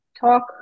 talk